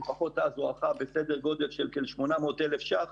שלפחות אז הוערכה בסדר גודל של כ-800,000 שקל